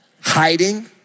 Hiding